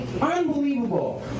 Unbelievable